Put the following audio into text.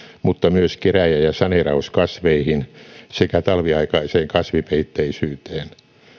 mutta myös kerääjä ja saneerauskasveihin sekä talviaikaiseen kasvipeitteisyyteen